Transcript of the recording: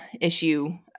issue